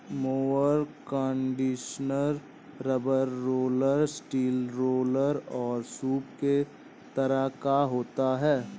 mower conditioner rubber roller, steel roller और सूप के तरह का होता है